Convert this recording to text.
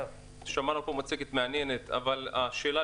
מעניינת אבל השאלה,